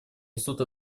несут